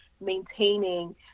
maintaining